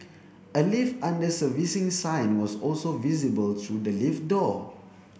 a lift under servicing sign was also visible through the lift door